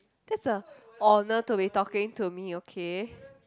that's a honour to be talking to me okay